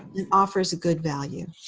and offers a good value.